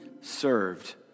served